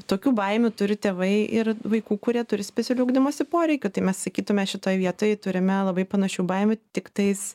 tokių baimių turi tėvai ir vaikų kurie turi specialių ugdymosi poreikių tai mes sakytume šitoj vietoj turime labai panašių baimių tiktais